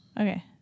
Okay